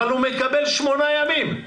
אבל הוא מקבל שמונה ימים.